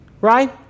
right